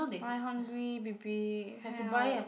I hungry baby help